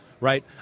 Right